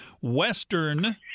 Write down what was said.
Western